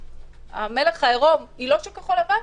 מצביעה שהמלך הוא עירום, היא לא של כחול לבן,